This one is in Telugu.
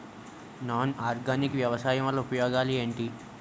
నాన్ ఆర్గానిక్ వ్యవసాయం వల్ల ఉపయోగాలు ఏంటీ?